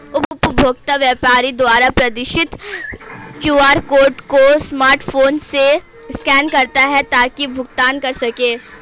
उपभोक्ता व्यापारी द्वारा प्रदर्शित क्यू.आर कोड को स्मार्टफोन से स्कैन करता है ताकि भुगतान कर सकें